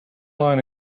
line